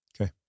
Okay